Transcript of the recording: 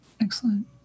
Excellent